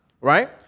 right